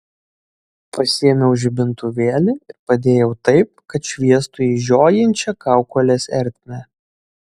pasiėmiau žibintuvėlį ir padėjau taip kad šviestų į žiojinčią kaukolės ertmę